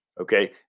Okay